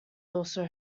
also